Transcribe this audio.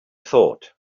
thought